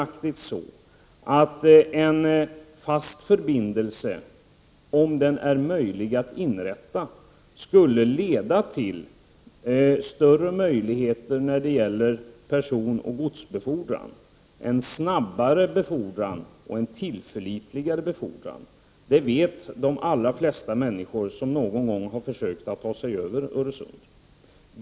En fast förbindelse, om den är möjlig att inrätta, skulle utan tvivel leda till större möjligheter till personoch godsbefordran samt en snabbare och tillförlitligare befordran. Det vet de allra flesta människor som någon gång har försökt ta sig över Öresund.